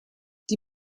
die